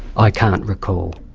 i can't recall.